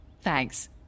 Thanks